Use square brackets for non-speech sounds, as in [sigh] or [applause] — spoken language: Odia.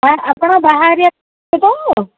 ସାର୍ ଆପଣ ବାହାଘରିଆ [unintelligible] ତ